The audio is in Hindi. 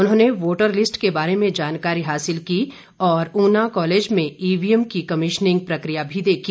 उन्होंने वोटर लिस्ट के बारे में जानकारी भी हासिल की और ऊना कॉलेज में ईवीएम की कमिशनिंग प्रक्रिया भी देखी